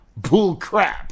Bullcrap